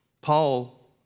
Paul